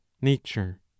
nature